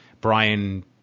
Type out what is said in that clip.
Brian